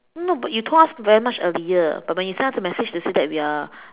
no but you told us very much earlier but when you sent us the message to say that we are